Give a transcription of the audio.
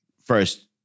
first